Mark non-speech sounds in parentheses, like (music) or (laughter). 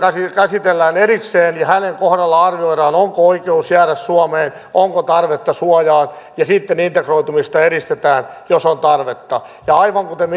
käsitellään erikseen ja hänen kohdallaan arvioidaan onko oikeus jäädä suomeen onko tarvetta suojaan ja sitten integroitumista edistetään jos on tarvetta ja aivan kuten (unintelligible)